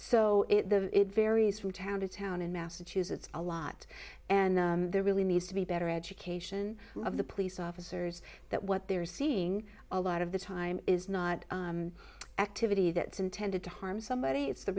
so it varies from town to town in massachusetts a lot and there really needs to be better education of the police officers that what they're seeing a lot of the time is not activity that's intended to harm somebody it's the